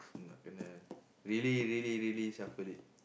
I'm not gonna really really really shuffle it